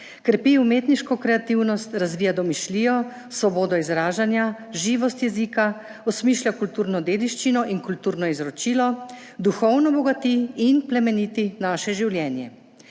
krepi umetniško kreativnost, razvija domišljijo, svobodo izražanja, živost jezika, osmišlja kulturno dediščino in kulturno izročilo, duhovno bogati in plemeniti naše življenje.